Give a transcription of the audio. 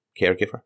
caregiver